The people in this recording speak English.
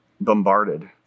bombarded